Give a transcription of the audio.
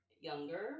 younger